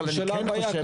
אבל אני כן חושב,